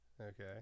Okay